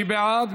מי בעד?